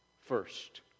first